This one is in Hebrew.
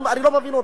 אני לא מבין אתכם.